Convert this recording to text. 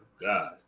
god